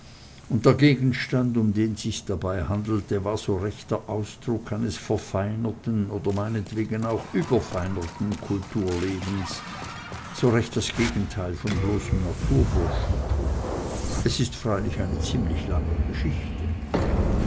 und der gegenstand um den sich's dabei handelte war so recht der ausdruck eines verfeinerten oder meinetwegen auch überfeinerten kulturlebens so recht das gegenteil von bloßem naturburschentum es ist freilich eine ziemlich lange geschichte